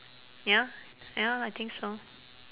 ya ya I think so